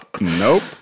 Nope